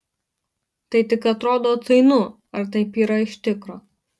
tai tik atrodo atsainu ar taip yra iš tikro